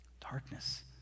Darkness